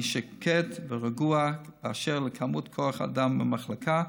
אני שקט ורגוע באשר להיקף כוח האדם במחלקה,